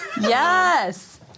Yes